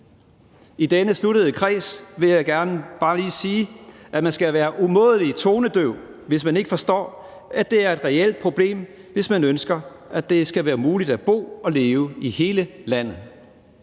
I denne sluttede kreds vil jeg gerne bare lige sige, at man skal være umådelig tonedøv, hvis man ikke forstår, at det er et reelt problem, hvis man ønsker, at det skal være muligt at bo og leve i hele landet.